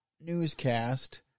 newscast